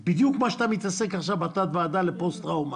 זה בדיוק במה שאתה מתעסק בתת הוועדה לפוסט טראומה.